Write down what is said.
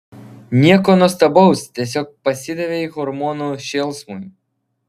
nieko nuostabaus tiesiog pasidavei hormonų šėlsmui